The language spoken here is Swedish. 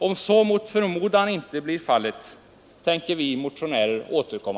Om så mot förmodan inte blir fallet, tänker vi motionärer återkomma.